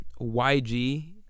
YG